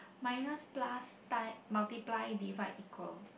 minus plus ti~ multiply divide equal